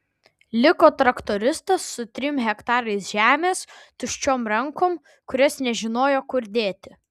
liko traktoristas su trim hektarais žemės tuščiom rankom kurias nežinojo kur dėti